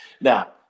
Now